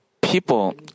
People